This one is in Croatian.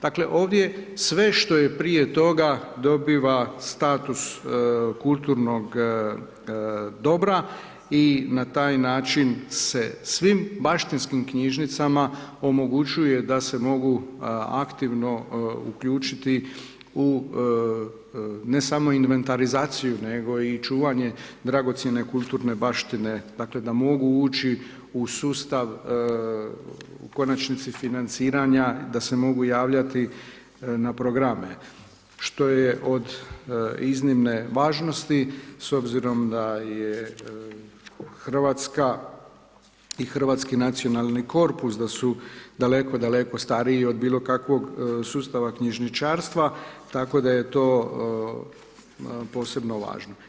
Dakle ovdje sve što je prije toga dobiva status kulturnog dobra i na taj način se svim baštinskim knjižnicama omogućuje da se mogu aktivno uključiti u ne samo inventarizaciju nego i čuvanje dragocjene kulturne baštine dakle da mogu ući u sustav u konačnici financiranja, da se mogu javljati na programe što je od iznimne važnosti s obzirom da je Hrvatska i Hrvatski nacionalni korpus da su daleko, daleko stariji od bilo kakvog sustava knjižničarstva tako da je to posebno važno.